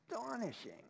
astonishing